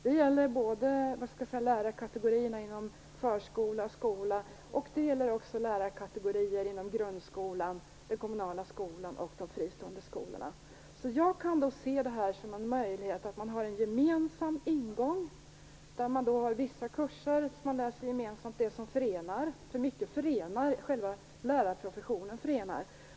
Det gäller både lärarkategorierna inom förskola och skola och lärarkategorierna inom grundskolan, den kommunala skolan och de fristående skolorna. Jag kan då se det som en möjlighet att det finns en gemensam ingång, med vissa kurser där man gemensamt lär sig det som förenar. Det är mycket som förenar, t.ex. själva lärarprofessionen.